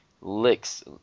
Licks